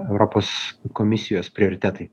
europos komisijos prioritetai